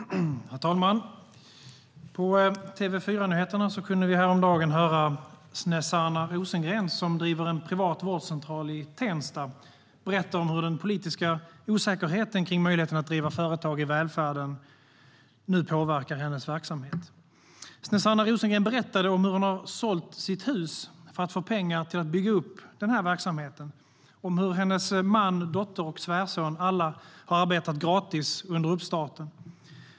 Herr talman! På TV4 Nyheterna kunde vi häromdagen höra Snezana Rosengren, som driver en privat vårdcentral i Tensta, berätta om hur den politiska osäkerheten kring möjligheten att driva företag i välfärden nu påverkar hennes verksamhet. Snezana Rosengren berättade hur hon hade sålt sitt hus för att få pengar att bygga upp verksamheten och hur hennes man, dotter och svärson alla har arbetat gratis under uppstarten.